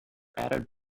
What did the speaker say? added